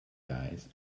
guys